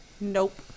Nope